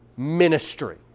ministry